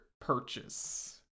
purchase